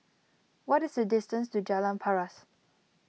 what is the distance to Jalan Paras